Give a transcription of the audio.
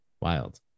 Wild